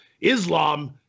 Islam